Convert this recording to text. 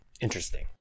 Interesting